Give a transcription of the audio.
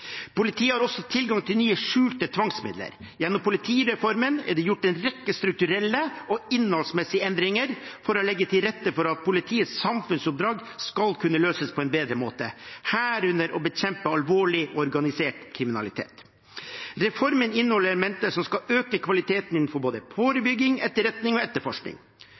Politiet har også tilgang til nye skjulte tvangsmidler. Gjennom politireformen er det gjort en rekke strukturelle og innholdsmessige endringer for å legge til rette for at politiets samfunnsoppdrag skal kunne løses på en bedre måte, herunder å bekjempe alvorlig organisert kriminalitet. Reformen inneholder elementer som skal øke kvaliteten innenfor både forebygging, etterretning og etterforskning.